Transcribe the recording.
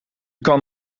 kan